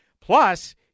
Plus